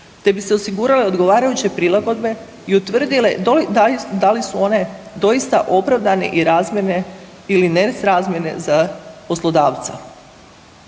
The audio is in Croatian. te bi se osigurale odgovarajuće prilagodbe i utvrdile da li su one doista opravdane i razmjerne ili nesrazmjerne za poslodavca.